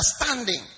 understanding